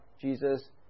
Jesus